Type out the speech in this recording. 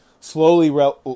slowly